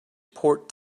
port